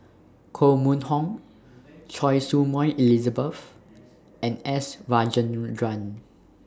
Koh Mun Hong Choy Su Moi Elizabeth and S Rajendran